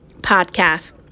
podcast